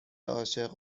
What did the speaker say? عاشق